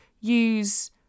use